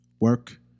work